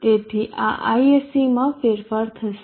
તેથી આ ISCમાં ફેરફાર થશે